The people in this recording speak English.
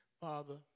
Father